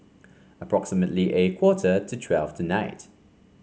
approximately a quarter to twelve tonight